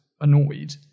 annoyed